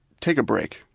take a break.